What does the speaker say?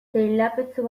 teilapetxu